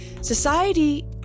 Society